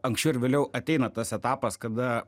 anksčiau ar vėliau ateina tas etapas kada